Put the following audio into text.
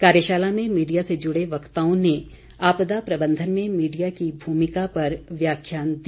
कार्यशाला में मीडिया से जुड़े वक्ताओं ने आपदा प्रबंधन में मीडिया की भूमिका पर व्याख्यान दिया